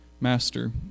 Master